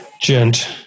Gent